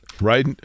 Right